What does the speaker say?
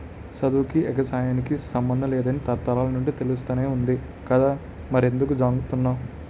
సదువుకీ, ఎగసాయానికి సమ్మందం లేదని తరతరాల నుండీ తెలుస్తానే వుంది కదా మరెంకుదు జంకుతన్నావ్